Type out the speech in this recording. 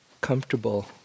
comfortable